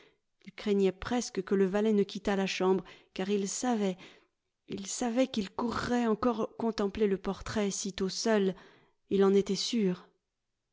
il craignait presque que le valet ne quittât la chambre car il savait il savait qu'il courrait encore contempler le portrait sitôt seul il en était sûr